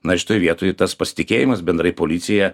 na šitoj vietoj tas pasitikėjimas bendrai policija